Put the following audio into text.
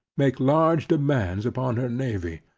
make large demands upon her navy.